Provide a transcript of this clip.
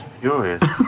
furious